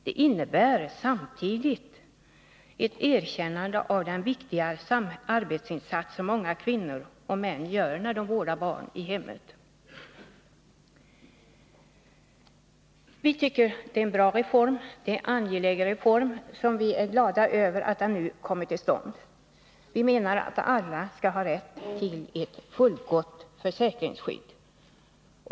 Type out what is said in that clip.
Det innebär samtidigt ett erkännande av den samhällsviktiga arbetsinsats som många kvinnor och män gör när de vårdar barn i hemmet. Vi tycker att det är en bra reform. Det är en angelägen reform, och vi är glada över att den nu kommer till stånd. Vi menar att alla skall ha rätt till ett fullgott försäkringsskydd.